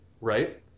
Right